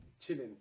Chilling